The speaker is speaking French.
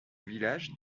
village